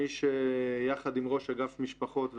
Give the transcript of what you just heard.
מי שיחד עם ראש אגף משפחות,